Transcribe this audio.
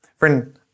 Friend